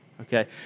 okay